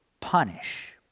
punish